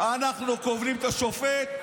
אנחנו קובעים את השופט,